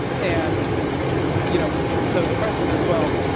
and you know, so the question is, well.